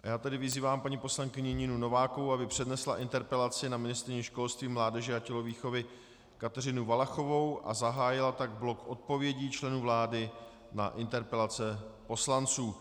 Já tedy vyzývám paní poslankyni Ninu Novákovou, aby přednesla interpelaci na ministryni školství, mládeže a tělovýchovy Kateřinu Valachovou a zahájila tak blok odpovědí členů vlády na interpelace poslanců.